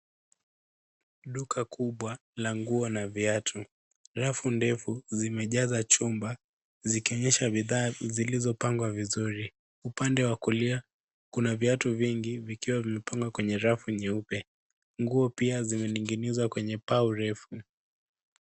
Duka kubwa la nguo na viatu. Rafu ndefu zimejaza chumba zikionyesha bidhaa zilizopangwa vizuri. Upande wa kulia kuna viatu vingi vikiwa vimepangwa kwenye rafu nyeupe. Nguo pia zimening'inizwa kwenye pau refu.